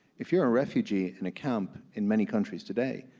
if you're a refugee in a camp in many countries today,